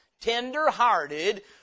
Tender-hearted